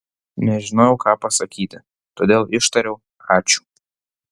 nežinojau ką pasakyti todėl ištariau ačiū